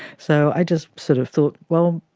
so i just sort of thought well,